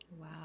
Wow